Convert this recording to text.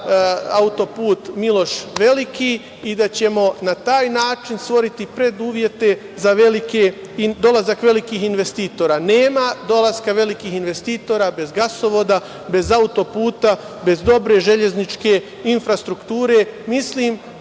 auto-put Miloš Veliki i da ćemo na taj način stvoriti preduslove za dolazak velikih investitora. Nema dolaska velikih investitora bez gasovoda, bez auto-puta, bez dobre železničke infrastrukture. Mislim